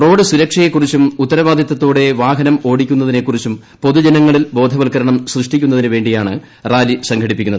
road സുരക്ഷയെക്കുറിച്ചും ഉത്തരവാദിത്ത്തോടെ വാഹനം ഓടിക്കുന്നതിനെക്കുറിച്ചും പൊതുജനങ്ങളിൽ ബോധവൽക്കരണം സൃഷ്ടിക്കുന്നതിനുവേണ്ടിയാണ് റാലി സംഘടിപ്പിക്കുന്നത്